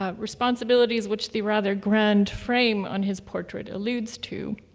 ah responsibilities which the rather grand frame on his portrait alludes to.